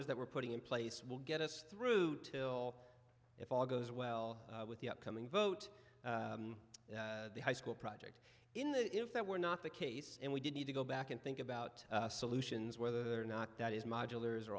rs that we're putting in place will get us through till if all goes well with the upcoming vote high school project in the if that were not the case and we did need to go back and think about solutions whether or not that is